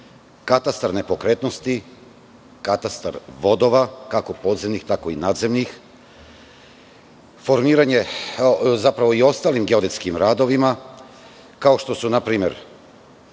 katastar nepokretnosti, katastar vodova, kako podzemnih, tako i nadzemnih, i ostalim geodetskim radovima, kao što su na primer: